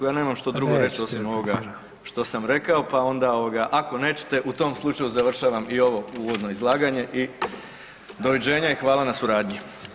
Ja [[Upadica: Ma neće ti replicirati.]] nemam što drugo reći osim ovoga što sam rekao, pa onda ovoga ako nećete u tom slučaju završavam i ovo uvodno izlaganje i doviđenja i hvala na suradnji.